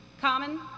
Common